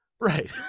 Right